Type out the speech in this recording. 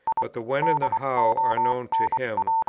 but the when and the how are known to him,